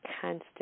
constant